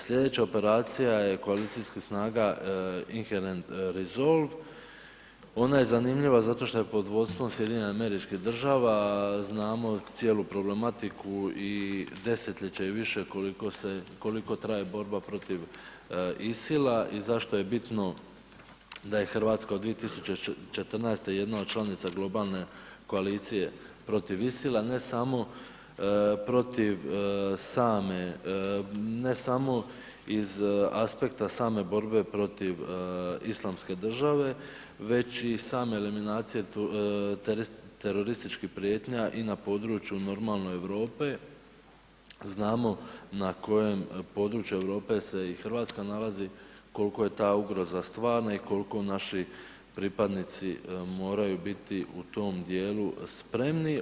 Slijedeća operacija je koalicijskih snaga INHERENT RESOLVE, ona je zanimljiva zato šta je pod vodstvom SAD-a, znamo cijelu problematiku i desetljeće i više koliko traje borba protiv ISIL-a i zašto je bitno da je RH od 2014. jedna od članica globalne koalicije protiv ISIL-a, ne samo protiv same, ne samo iz aspekta same borbe protiv islamske države, već i same eliminacije terorističkih prijetnja i na području normalno Europe, znamo na kojem području Europe se i RH nalazi, koliko je ta ugroza stvarna i kolko naši pripadnici moraju biti u tom dijelu spremni.